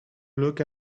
look